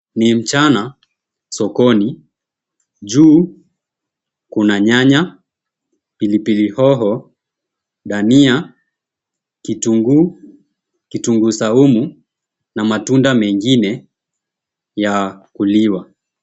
Ni mchana sokoni, juu kuna nyanya, pilipili hoho, dania, kitunguu, kitunguu saumu na matunda mengine ya kuliwa.